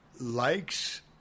likes